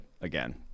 again